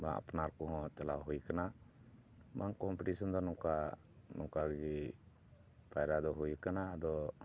ᱵᱟᱝ ᱟᱯᱱᱟᱨ ᱠᱚᱦᱚᱸ ᱪᱟᱞᱟᱣ ᱦᱩᱭ ᱟᱠᱟᱱᱟ ᱵᱟᱝ ᱠᱚᱢᱯᱤᱴᱤᱥᱚᱱ ᱫᱚ ᱱᱚᱝᱠᱟ ᱱᱚᱝᱠᱟ ᱜᱮ ᱯᱟᱭᱨᱟ ᱫᱚ ᱦᱩᱭ ᱠᱟᱱᱟ ᱟᱫᱚ